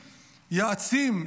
יעצים,